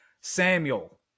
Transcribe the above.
Samuel